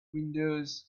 windows